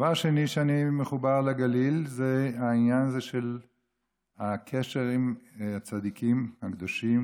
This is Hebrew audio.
דבר שני שאני מחובר לגליל זה העניין הזה של הקשר עם הצדיקים הקדושים,